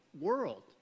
world